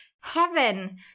heaven